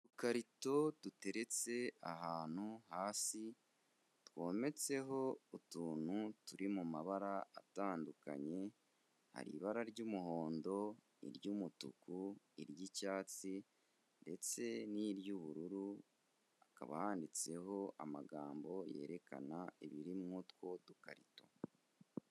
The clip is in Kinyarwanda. Udukarito duteretse ahantu hasi twometseho utuntu turi mu mabara atandukanye, hari ibara ry'umuhondo, iry'umutuku, iry'icyatsi ndetse n'iry'ubururu, hakaba handitseho amagambo yerekana ibiri muri utwo dukarito.